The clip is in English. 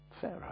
Pharaoh